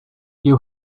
you